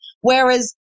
Whereas